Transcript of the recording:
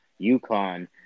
UConn